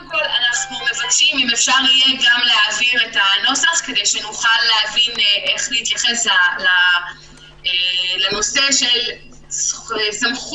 גם להעביר את הנוסח כדי שנוכל להבין איך להתייחס לנושא של סמכות,